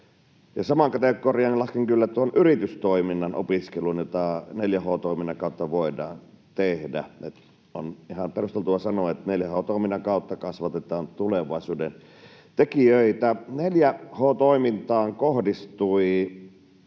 samaan kategoriaan lasken kyllä tuon yritystoiminnan opiskelun, jota 4H-toiminnan kautta voidaan tehdä. On ihan perusteltua sanoa, että 4H-toiminnan kautta kasvatetaan tulevaisuuden tekijöitä. 4H-toimintaan kohdistui